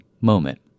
moment